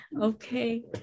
Okay